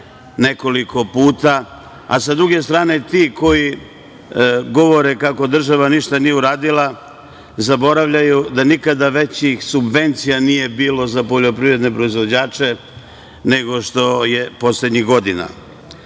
nekoliko puta. Sa druge strane, ti koji govore kako država nije ništa uradila, zaboravljaju da nikada većih subvencija nije bilo za poljoprivredne proizvođače nego što je poslednjih godina. Isto